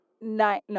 No